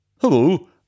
Hello